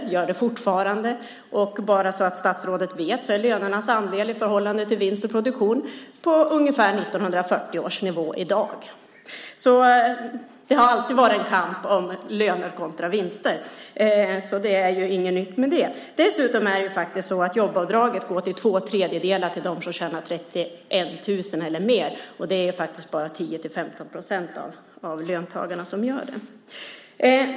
Så är det fortfarande. Lönernas andel i förhållande till vinst och produktion är på ungefär 1940 års nivå i dag - bara så att statsrådet vet. Det har alltid varit en kamp om löner kontra vinster. Det är inget nytt med det. Dessutom är det faktiskt så att jobbavdraget till två tredjedelar går till dem som tjänar 31 000 eller mer. Det är bara 10-15 procent av löntagarna som gör det.